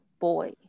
boy